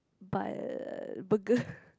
buy uh burger